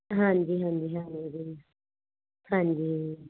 ਹਾਂਜੀ ਹਾਂਜੀ ਹਾਂਜੀ ਹਾਂਜੀ